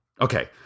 Okay